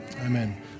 Amen